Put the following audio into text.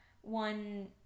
one